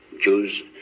Jews